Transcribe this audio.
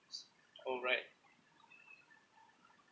it's alright